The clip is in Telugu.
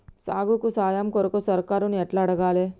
సాగుకు సాయం కొరకు సర్కారుని ఎట్ల అడగాలే?